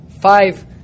Five